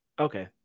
Okay